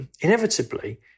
inevitably